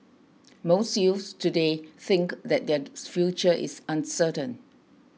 most youths today think that their future is uncertain